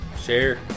share